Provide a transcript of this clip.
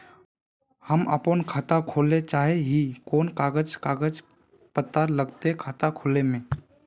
हम अपन खाता खोले चाहे ही कोन कागज कागज पत्तार लगते खाता खोले में?